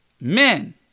men